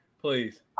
please